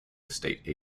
estate